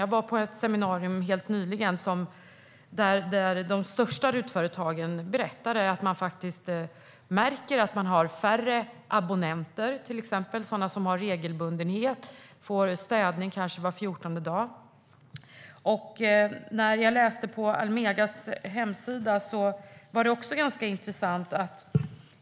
Jag var helt nyligen på ett seminarium där de största RUT-företagen berättade att de märker att de nu har färre abonnenter, till exempel sådana som får städning med regelbundenhet, kanske var fjortonde dag. Jag läste något ganska intressant på Almegas hemsida.